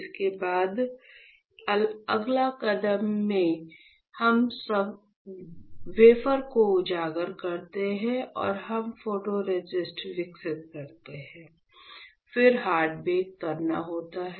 इसके बाद अगला कदम में हम वेफर को उजागर करते हैं और हम फोटोरेसिस्ट विकसित करते हैं फिर हार्ड बेक करना होता है